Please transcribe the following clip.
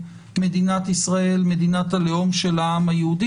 מדינת ישראל - מדינת הלאום של העם היהודי,